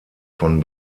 von